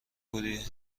بودی